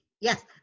Yes